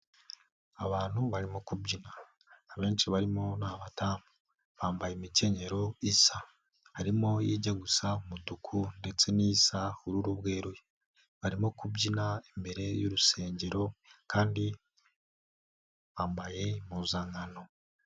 Abantu barimo kubyina, abenshi barimo ni abadam, bambaye imikenyero isa, harimo ijya gusa umutuku ndetse nisa ubururu bweruye. Barimo kubyina imbere y'urusengero, kandi bambaye impuzankano.